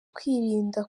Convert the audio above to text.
kwirinda